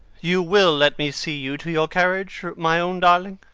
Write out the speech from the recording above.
you will let me see you to your carriage, my own darling?